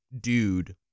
dude